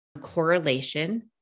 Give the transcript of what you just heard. correlation